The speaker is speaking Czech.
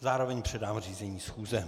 Zároveň předám řízení schůze.